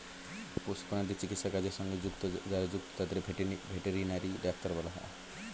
পশু প্রাণীদের চিকিৎসার কাজের সঙ্গে যারা যুক্ত তাদের ভেটেরিনারি ডাক্তার বলা হয়